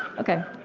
ok.